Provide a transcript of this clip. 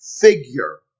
figure